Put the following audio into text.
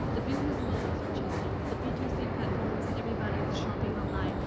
the business models are changing. the b two c platforms, everybody is shopping online.